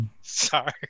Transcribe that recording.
sorry